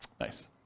Nice